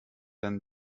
than